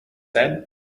said